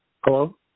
Hello